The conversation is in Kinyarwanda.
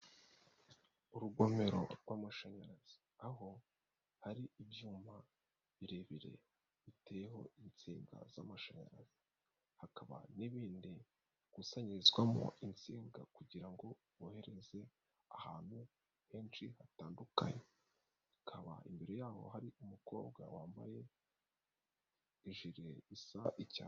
Urugomero rw'amashanyarazi aho hari ibyuma birebire biteyeho insinga z'amashanyarazi, hakaba n'ibindi bikusanyirizwamo insinga kugira ngo bohereze ahantu henshi hatandukanye, hakaba imbere y'aho hari umukobwa wambaye ijire isa icyatsi.